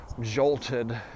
jolted